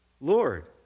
Lord